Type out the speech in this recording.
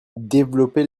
développer